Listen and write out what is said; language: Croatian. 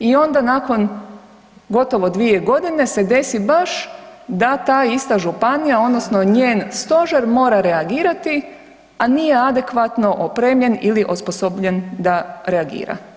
I onda nakon gotovo dvije godine se desi baš da ta ista županija, odnosno njen stožer mora reagirati a nije adekvatno opremljen ili osposobljen da reagira.